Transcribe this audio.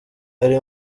ari